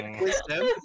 Wisdom